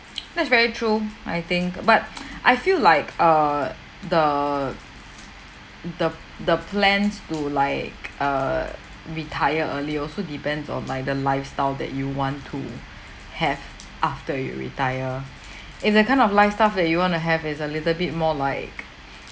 that's very true I think but I feel like err the the the plans to like err retire early also depends on like the lifestyle that you want to have after you retire if that kind of lifestyle that you want to have is a little bit more like